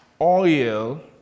oil